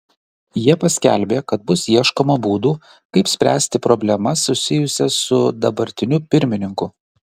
jie paskelbė kad bus ieškoma būdų kaip spręsti problemas susijusias su dabartiniu pirmininku